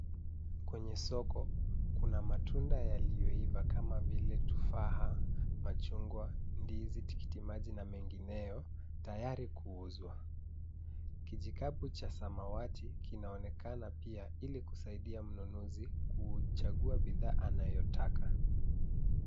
Kwenye soko kuna matunda yaliyoiva kama vile tufaha, machungwa, ndizi, tikiti maji na mengineyo tayari kuuzwa. Kijikapu cha samawati kinaonekana pia ili kusaidia mnunuzi kuchangua bidhaa anayotaka.